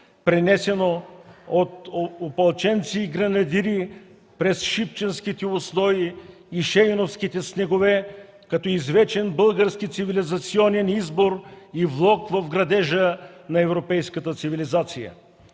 пренесено от опълченци и гренадири през Шипченските усои и Шейновските снегове като извечен български цивилизационен избор и влог в градежа на европейската цивилизация.